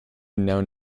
known